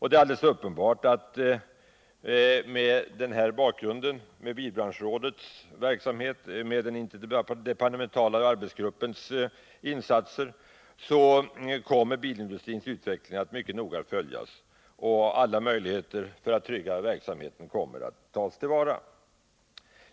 Det är helt uppenbart att genom bilbranschrådets verksamhet och den interdepartementala arbetsgruppens insatser kommer bilindustrins utveckling att mycket noga följas, och alla möjligheter för att trygga verksamheten kommer att tas till vara.